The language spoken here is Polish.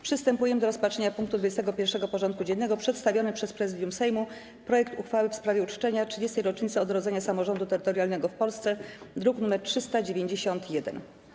Przystępujemy do rozpatrzenia punktu 21. porządku dziennego: Przedstawiony przez Prezydium Sejmu projekt uchwały w sprawie uczczenia 30. rocznicy odrodzenia samorządu terytorialnego w Polsce (druk nr 391)